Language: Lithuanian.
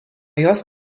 jos